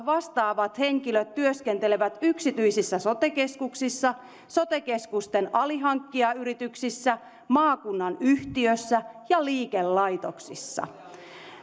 vastaavat henkilöt työskentelevät yksityisissä sote keskuksissa sote keskusten alihankkijayrityksissä maakunnan yhtiössä ja liikelaitoksessa